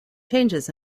changes